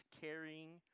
carrying